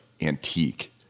antique